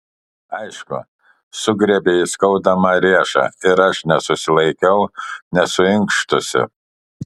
aišku sugriebė jis skaudamą riešą ir aš nesusilaikiau nesuinkštusi